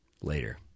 later